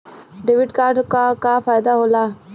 Debit card क का फायदा हो ला?